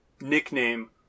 nickname